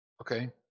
Okay